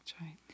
right